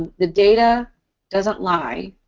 the data doesn't lie,